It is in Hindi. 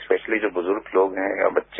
स्पेशली जो बुजुर्ग लोग है या बच्चे